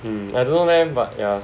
um I don't know leh but yeah